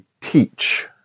teach